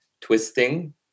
twisting